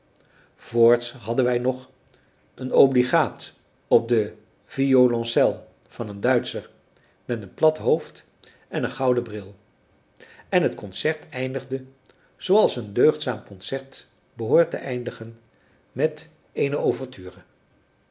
voorts hadden wij nog een obligaat op de violoncel van een duitscher met een plat hoofd en een gouden bril en het concert eindigde zooals een deugdzaam concert behoort te eindigen met eene